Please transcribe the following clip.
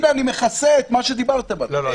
הנה אני מכסה את מה שדיברתם עליו.